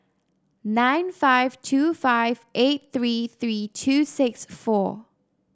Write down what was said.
nine five two five eight three three two six four